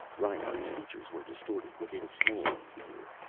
reinhart's features were distorted with insane fear.